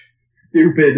stupid